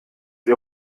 ihr